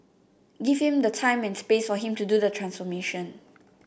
give him the time and space for him to do the transformation